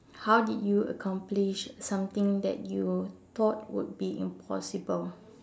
how did you accomplish something that you thought would be impossible